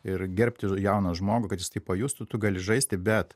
ir gerbti jauną žmogų kad jis tai pajustų tu gali žaisti bet